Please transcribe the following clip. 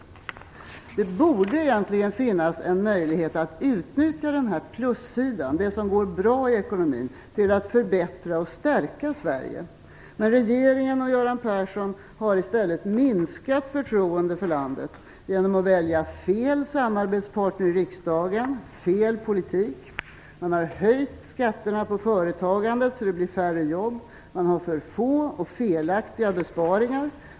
Det borde finnas en möjlighet att utnyttja denna plussida - det som går bra i ekonomin - till att förbättra och stärka Sverige. Men regeringen och Göran Persson har i stället minskat förtroendet för landet genom att välja fel samarbetspartner i riksdagen och fel politik. Man har höjt skatterna på företagande så att det blir färre jobb. Man har för få och felaktiga besparingar.